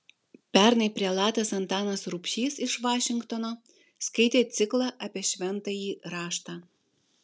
pernai prelatas antanas rubšys iš vašingtono skaitė ciklą apie šventąjį raštą